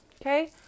okay